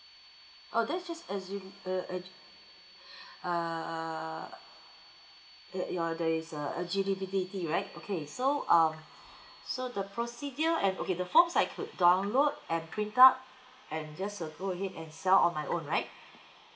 oh that just as you uh uh err that you're there is a eligibility right okay so um so the procedure and okay the form I could download and print out and just uh go ahead and sell on my own right